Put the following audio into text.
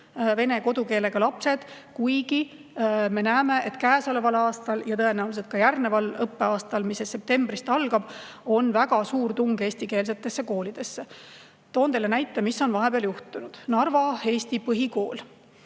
vene kodukeelega lapsed. Samas me näeme, et käesoleval aastal ja tõenäoliselt ka järgneval õppeaastal, mis septembris algab, on väga suur tung eestikeelsetesse koolidesse. Toon teile näite, mis on vahepeal juhtunud. Narva Eesti Põhikool